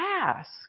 ask